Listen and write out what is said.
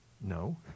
No